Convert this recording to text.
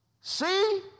see